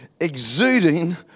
exuding